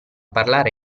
parlare